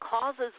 causes